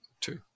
two